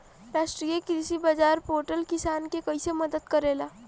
राष्ट्रीय कृषि बाजार पोर्टल किसान के कइसे मदद करेला?